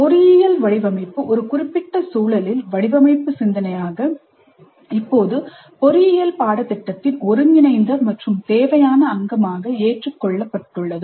பொறியியல் வடிவமைப்பின் ஒரு குறிப்பிட்ட சூழலில் வடிவமைப்பு சிந்தனை இப்போது பொறியியல் பாடத்திட்டத்தின் ஒருங்கிணைந்த மற்றும் தேவையான அங்கமாக ஏற்றுக்கொள்ளப்பட்டுள்ளது